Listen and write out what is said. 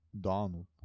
Donald